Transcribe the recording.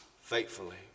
faithfully